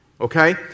Okay